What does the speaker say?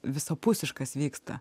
visapusiškas vyksta